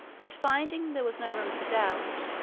but finding there was no room for doubt,